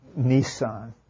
Nissan